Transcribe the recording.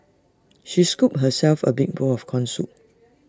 she scooped herself A big bowl of Corn Soup